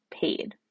paid